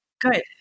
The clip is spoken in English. Good